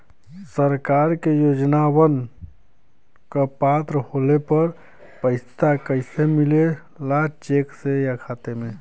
सरकार के योजनावन क पात्र होले पर पैसा कइसे मिले ला चेक से या खाता मे?